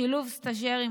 שילוב סטז'רים,